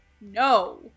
No